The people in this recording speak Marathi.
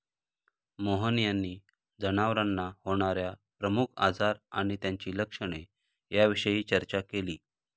मोहन यांनी जनावरांना होणार्या प्रमुख आजार आणि त्यांची लक्षणे याविषयी चर्चा केली